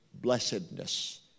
blessedness